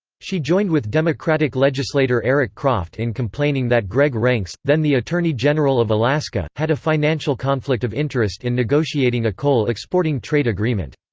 she joined with democratic legislator eric croft in complaining that gregg renkes, then the attorney general of alaska, had a financial conflict of interest in negotiating a coal exporting trade agreement.